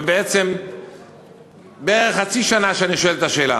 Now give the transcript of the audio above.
בערך חצי שנה שאני שואל את השאלה.